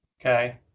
Okay